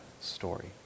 story